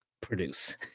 produce